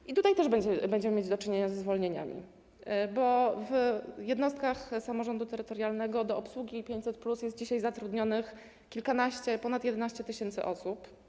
I tutaj też będziemy mieć do czynienia ze zwolnieniami, bo w jednostkach samorządu terytorialnego do obsługi 500+ jest dzisiaj zatrudnionych ponad 11 tys. osób.